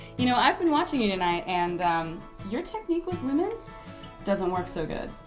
you know i've been watching you tonight. and your technique with women doesn't work so good.